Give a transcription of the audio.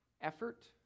effort